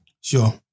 Sure